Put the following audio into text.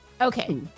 Okay